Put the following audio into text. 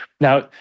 Now